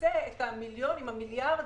שיפצה את המיליונים והמיליארדים.